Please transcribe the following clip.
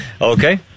Okay